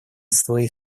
своей